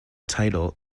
title